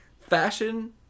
fashion